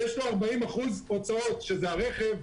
יש לו 40% הוצאות שזה הרכב,